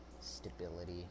Stability